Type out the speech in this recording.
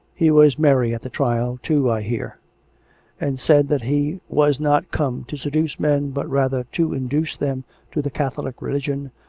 he was merry at the trial, too, i hear and said that he was not come to seduce men, but rather to induce them to the catholic religion,